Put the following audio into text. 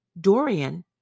Dorian